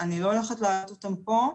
אני לא הולכת להעלות אותם פה,